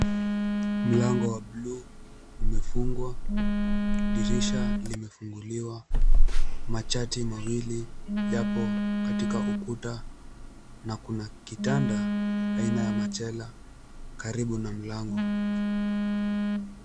Mlango wa buluu umefungwa , dirisha limefunguliwa, machati mawili yapo katika ukuta na kuna kitanda aina ya machela karibu na mlango.